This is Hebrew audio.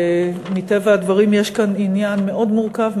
מטבע הדברים יש כאן עניין מאוד מורכב,